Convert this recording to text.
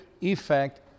effect